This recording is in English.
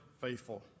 faithful